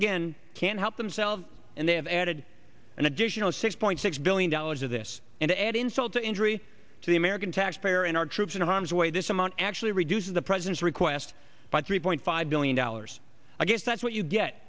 again can't help themselves and they have added an additional six point six billion dollars of this and to add insult to injury to the american taxpayer in our troops in harm's way this amount actually reduces the president's request by three point five billion dollars i guess that's what you get